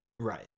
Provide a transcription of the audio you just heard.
Right